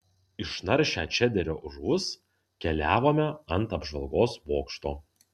išnaršę čederio urvus keliavome ant apžvalgos bokšto